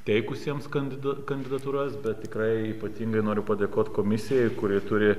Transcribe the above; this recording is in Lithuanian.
teikusiems kandida kandidatūras bet tikrai ypatingai noriu padėkot komisijai kuri turi